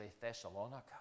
Thessalonica